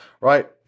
right